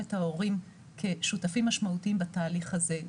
את ההורים כשותפים משמעותיים בתהליך הזה,